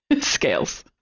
Scales